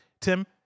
Tim